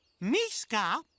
Miska